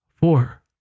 Four